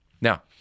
Now